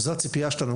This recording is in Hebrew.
זו הציפייה שלנו.